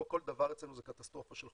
לא כל דבר אצלנו זה קטסטרופה של חודשים.